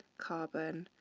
carbon,